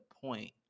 point